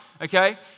Okay